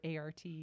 ART